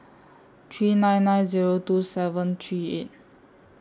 three nine nine Zero two seven three eight